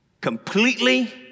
Completely